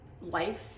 life